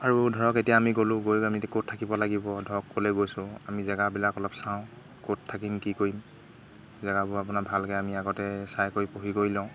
আৰু ধৰক এতিয়া আমি গ'লোঁ গৈ আমি এতিয়া ক'ত থাকিব লাগিব ধৰক ক'লৈ গৈছোঁ আমি জেগাবিলাক অলপ চাওঁ ক'ত থাকিম কি কৰিম জেগাবোৰ আপোনাৰ ভালকৈ আমি আগতে চাই কৰি পঢ়ি কৰি লওঁ